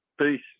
Peace